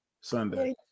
Sunday